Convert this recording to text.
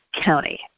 County